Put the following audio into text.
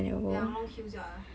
!wahpiang! long queue sia